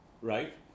right